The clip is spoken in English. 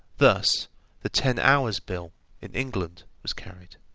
thus the ten-hours' bill in england was carried.